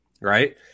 right